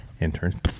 Intern